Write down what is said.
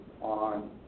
on